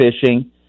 fishing